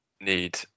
need